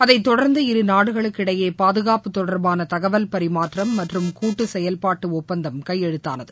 அதைத் தொடர்ந்து இரு நாடுகளுக்கிடையே பாதுகாப்பு தொடர்பாள தகவல் பரிமாற்றம் மற்றம் கூட்டு செயல்பாட்டு ஒப்பந்தம் கையெழுத்தானது